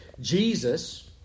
Jesus